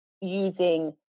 using